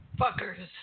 Fuckers